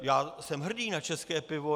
Já jsem hrdý na české pivo.